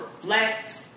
reflect